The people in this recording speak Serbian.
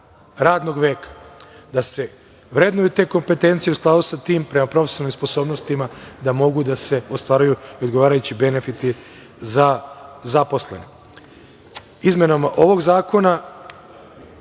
radnog veka, da se vrednuju te kompetencije u skladu sa tim prema profesionalnim sposobnostima, da mogu da se ostvaruju odgovarajući benefiti za zaposlene. Izmenama ovog zakona